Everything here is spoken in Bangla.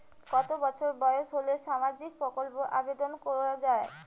কত বছর বয়স হলে সামাজিক প্রকল্পর আবেদন করযাবে?